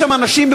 יש שם אנשים,